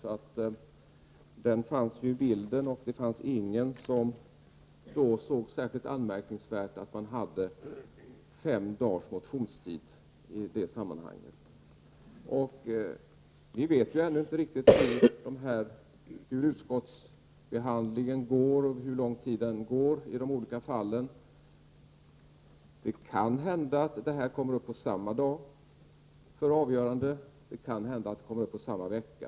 Propositionen fanns med i bilden, och det var ingen som då ansåg att det var särskilt anmärkningsvärt att man skulle ha fem dagars motionstid. Vi vet ännu inte riktigt hur utskottsbehandlingen kommer att gå till och hur lång tid den kommer att ta i de olika fallen. Det kan hända att dessa ärenden kommer upp till avgörande samma dag, och det kan hända att de kommer upp under samma vecka.